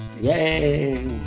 Yay